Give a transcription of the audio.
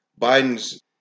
Biden's